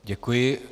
Děkuji.